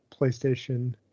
PlayStation